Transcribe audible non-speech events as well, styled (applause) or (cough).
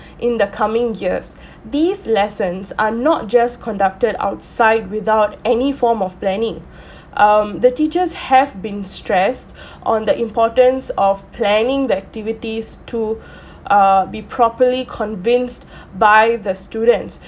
in the coming years (breath) these lessons are not just conducted outside without any form of planning (breath) um the teachers have been stressed (breath) on the importance of planning the activities to (breath) err be properly convinced (breath) by the students